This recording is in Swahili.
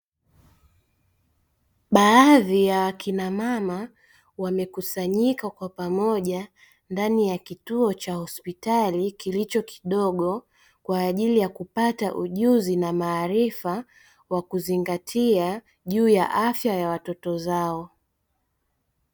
Baadhi ya wakina mama wamekusanyika kwa pamoja ndani ya, cha hospitali kilicho kidogo kwa ajili ya kupata ujuzi na maarifa wa kuzingatia juu ya afya ya watoto zao.